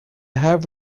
have